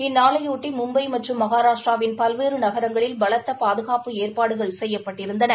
இந்நாளையாட்டி மும்பை மற்றும் மகாராஷ்டிரவின் பல்வேறு நகரங்களில் பலத்த பாதுகாப்பு ஏற்பாடுகள் செய்யப்பட்டிருந்தன